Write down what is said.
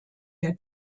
der